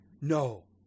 No